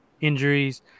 injuries